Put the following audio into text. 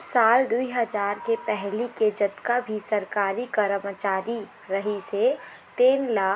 साल दुई हजार चार के पहिली के जतका भी सरकारी करमचारी रहिस हे तेन ल